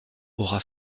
aura